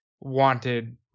wanted